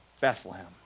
Bethlehem